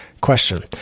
question